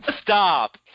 Stop